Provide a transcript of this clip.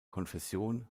konfession